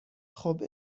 خوب